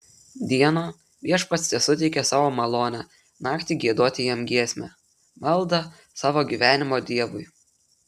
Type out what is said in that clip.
dieną viešpats tesuteikia savo malonę naktį giedoti jam giesmę maldą savo gyvenimo dievui